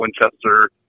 Winchester